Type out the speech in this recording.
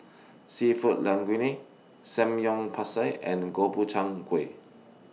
Seafood Linguine Samgyeopsal and Gobchang Gui